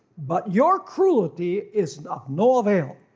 but your cruelty is not no avail.